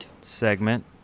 segment